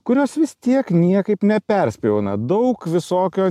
kurios vis tiek niekaip neperspjauna daug visokio